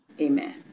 amen